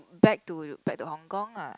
back to back to Hong-Kong ah